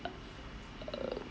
err